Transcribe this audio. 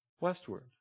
westward